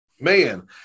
Man